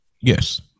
Yes